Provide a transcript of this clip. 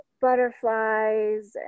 butterflies